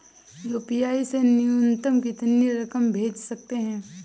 UPI से न्यूनतम कितनी रकम भेज सकते हैं?